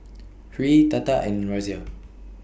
Hri Tata and Razia